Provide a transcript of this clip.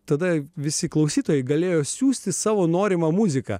tada visi klausytojai galėjo siųsti savo norimą muziką